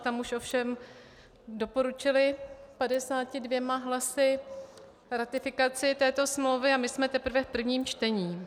Tam už ovšem doporučili 52 hlasy ratifikaci této smlouvy a my jsme teprve v prvním čtení.